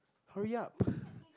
hurry up